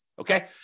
okay